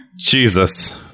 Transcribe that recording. Jesus